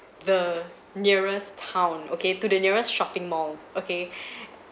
the nearest town okay to the nearest shopping mall okay